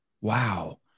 Wow